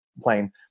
plane